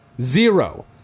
zero